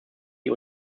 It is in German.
die